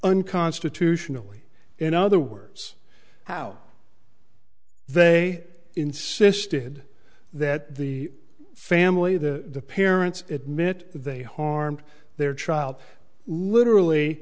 unconstitutionally in other words how they insisted that the family the parents admit they harmed their child literally